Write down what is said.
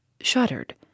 shuddered